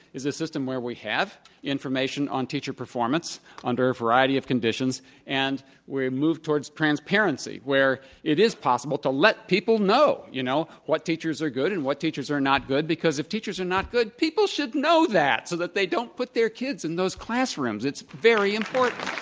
is a system where we have information on teacher performance under a variety of conditions and we move towards transparency, where it is possible to let people know you know what teachers are good and what teachers are not good, because if teachers are not good, people should know that so that they don't put their kids in those classrooms. it's very important.